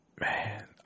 man